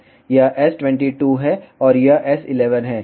यह S22 है और यह S11 है